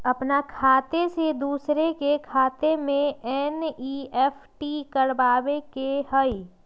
अपन खाते से दूसरा के खाता में एन.ई.एफ.टी करवावे के हई?